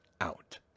out